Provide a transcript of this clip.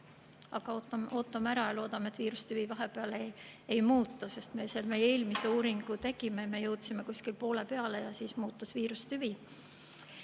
Aga ootame ära ja loodame, et viirustüvi vahepeal ei muutu. Kui me selle eelmise uuringu tegime, siis me jõudsime kuskil poole peale ja siis muutus viirustüvi